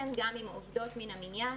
ולאחר מכן גם עם עובדות מן המניין.